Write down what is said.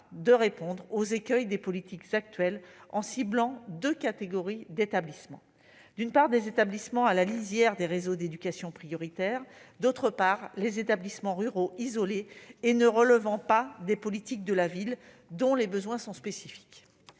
de répondre aux écueils des politiques actuelles, en ciblant deux catégories d'établissements : d'une part, des établissements à la lisière des réseaux d'éducation prioritaire ; d'autre part, des établissements ruraux isolés et ne relevant pas des politiques de la ville, dont les besoins sont spécifiques.